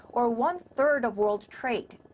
or one-third of world trade.